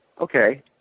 okay